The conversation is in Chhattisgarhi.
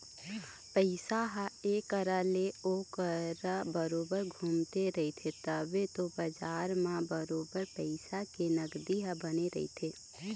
पइसा ह ऐ करा ले ओ करा बरोबर घुमते रहिथे तभे तो बजार म बरोबर पइसा के नगदी ह बने रहिथे